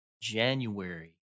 January